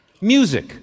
Music